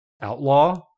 outlaw